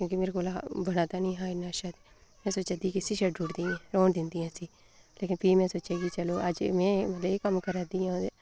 क्योकि मेरे कोला बना दा निं हा इन्ना शैल में सोचा दी ही कि इस्सी छड्डी रौंह्ना दिंन्नी आं इस्सी लेकिन फ्ही सोचेआ चलो अज्ज में मतलब कम्म करा दी आं ते